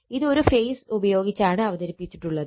ഇത് ഒരു ഫേസ് ഉപയോഗിച്ചാണ് അവതരിപ്പിച്ചിട്ടുള്ളത്